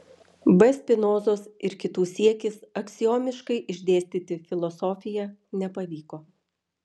b spinozos ir kitų siekis aksiomiškai išdėstyti filosofiją nepavyko